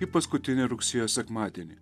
į paskutinį rugsėjo sekmadienį